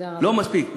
לא מספיק.